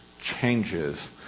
changes